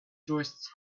tourists